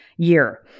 year